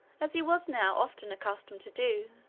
as he was now often accustomed to do,